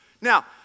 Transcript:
Now